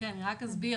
אני רק אסביר,